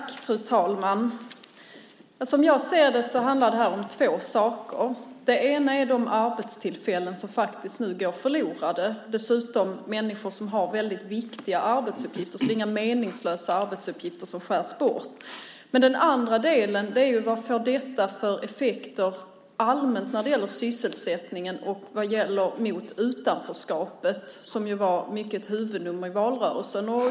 Fru talman! Som jag ser det handlar detta om två saker. Det ena är de arbetstillfällen som nu går förlorade. Det gäller dessutom personer som har väldigt viktiga arbetsuppgifter så det är inga meningslösa arbetsuppgifter som skärs bort. Det andra är vad detta får för effekter allmänt när det gäller sysselsättning och kampen mot utanförskapet, som var mycket av ett huvudnummer i valrörelsen.